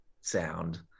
sound